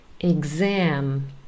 exam